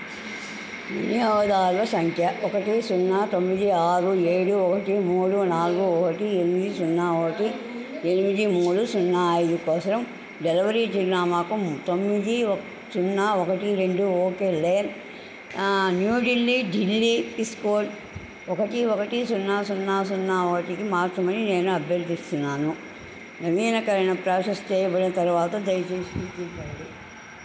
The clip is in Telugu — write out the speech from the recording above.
వినియోగదారుల సంఖ్య ఒకటి సున్నా తొమ్మిది ఆరు ఏడు ఒకటి మూడు నాలుగు ఒకటి ఎనిమిది సున్నా ఒకటి ఎనిమిది మూడు సున్నా ఐదు కోసం డెలివరీ చిరునామాకు తొమ్మిది సున్నా ఒకటి రెండు ఓక్లేన్ న్యూఢిల్లీ ఢిల్లీ పిన్కోడ్ ఒకటి ఒకటి సున్నా సున్నా సున్నా ఒకటికి మార్చమని నేను అభ్యర్థిస్తున్నాను నవీకరణ ప్రాసెస్ చెయ్యబడిన తరువాత దయచేసి గుర్తించండి